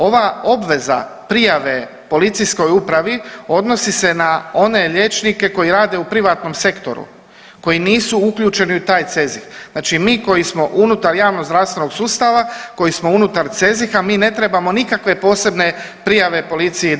Ova obveza prijave policijskoj upravi odnosi se na one liječnike koji rade u privatnom sektoru, koji nisu uključeni u taj CEZIH, znači mi koji smo unutar javnozdravstvenog sustava, koji smo unutar CEZIH-a, mi ne trebamo nikakve posebne prijave policiji davati.